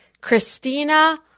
Christina